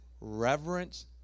reverence